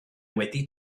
wedi